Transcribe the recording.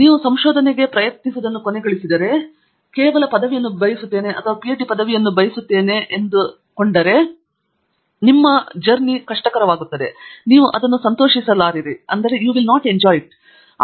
ನೀವು ಸಂಶೋಧನೆಗೆ ಪ್ರಯತ್ನಿಸುವುದನ್ನು ಕೊನೆಗೊಳಿಸಿದರೆ ನಾನು ಪದವಿಯನ್ನು ಬಯಸುತ್ತೇನೆ ಮತ್ತು ನಾನು ಪಿಎಚ್ಡಿ ಪದವಿಯನ್ನು ಬಯಸುತ್ತೇನೆ ಮತ್ತು ನೀವು ಒಂದು ವಿಶ್ವವಿದ್ಯಾನಿಲಯಕ್ಕೆ ಸೇರುವಿರಿ ಮತ್ತು ನೀವು ಸಲಹೆಗಾರನು ನಿಮ್ಮನ್ನು ತೆಗೆದುಕೊಳ್ಳಲು ಸಿದ್ಧರಿದ್ದರೆ ಅದನ್ನು ಆಯ್ಕೆ ಮಾಡಿ